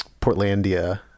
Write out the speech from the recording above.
Portlandia